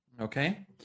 Okay